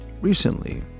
recently